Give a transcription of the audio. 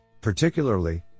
Particularly